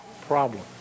problem